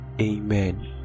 Amen